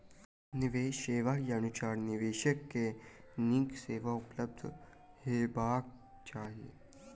निवेश सेवा के अनुसार निवेशक के नीक सेवा उपलब्ध हेबाक चाही